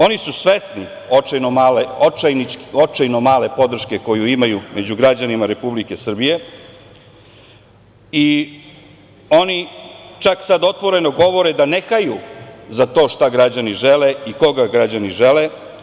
Oni su svesni očajno male podrške koju imaju među građanima Republike Srbije i oni čak sad otvoreno govore da ne haju za to šta građani žele i koga građani žele.